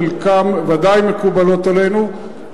חלקן ודאי מקובלות עלינו,